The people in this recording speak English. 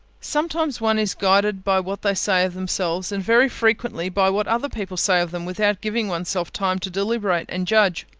sometimes one is guided by what they say of themselves, and very frequently by what other people say of them, without giving oneself time to deliberate and judge.